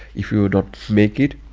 if you don't make it,